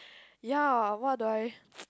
ya what do I